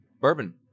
bourbon